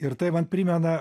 ir tai man primena